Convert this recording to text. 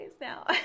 now